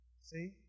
See